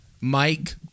Mike